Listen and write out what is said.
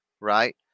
right